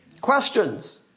Questions